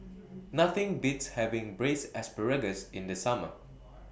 Nothing Beats having Braised Asparagus in The Summer